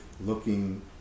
looking